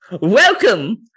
Welcome